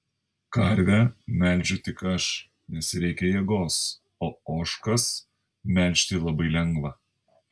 karvę melžiu tik aš nes reikia jėgos o ožkas melžti labai lengva